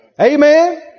Amen